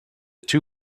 two